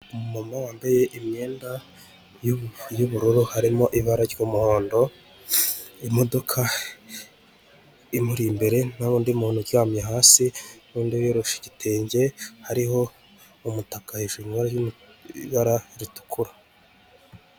Umuntu wambaye imyenda y'ubururu, harimo ibara ry'umuhondo, imodoka imuri imbere, n'undi muntu uryamye hasi n'undi wiyoroshe igitenge, hariho umutaka hejuru wa ibara ritukura.